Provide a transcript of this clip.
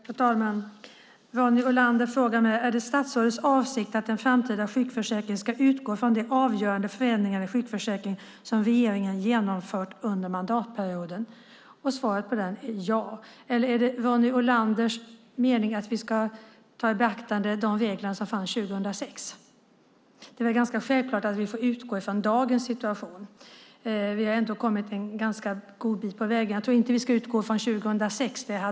Fru talman! Ronny Olander frågar mig: Är det statsrådets avsikt att den framtida sjukförsäkringen ska utgå från de avgörande förändringar i sjukförsäkringen som regeringen genomfört under mandatperioden? Svaret på den frågan är ja. Eller är det Ronny Olanders mening att vi ska ta i beaktande de regler som fanns 2006? Det är väl ganska självklart att vi får utgå från dagens situation. Vi har ändå kommit en ganska god bit på vägen, och jag tror inte att vi ska utgå från 2006.